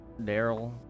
Daryl